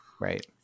right